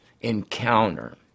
encounter